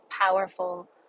powerful